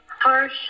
harsh